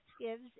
gives